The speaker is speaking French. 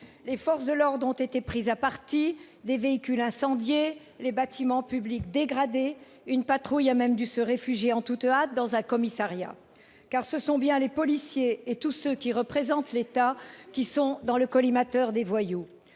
Les forces de l'ordre ont été prises à partie, des véhicules incendiés, des bâtiments publics dégradés. Une patrouille a même dû se réfugier en toute hâte dans un commissariat. En effet, ce sont bien les policiers et tous ceux qui représentent l'État qui sont dans le collimateur des voyous.